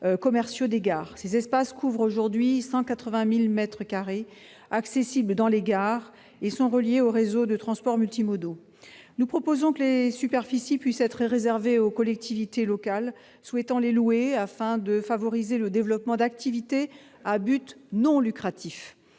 commerce. Ces espaces couvrent aujourd'hui 180 000 mètres carrés accessibles dans les gares et reliés au réseau de transports multimodaux. Nous proposons que des superficies puissent être réservées aux collectivités locales souhaitant les louer, afin de favoriser le développement d'activités à but non lucratif